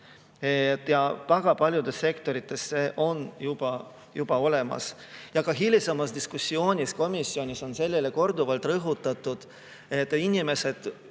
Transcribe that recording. Ja väga paljudes sektorites see on juba olemas. Ka hilisemas diskussioonis on komisjonis seda korduvalt rõhutatud, et inimesed